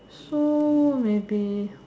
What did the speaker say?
so maybe